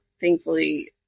thankfully